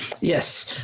Yes